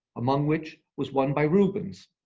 among which was one by rubens.